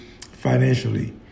financially